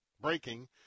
breaking